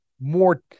more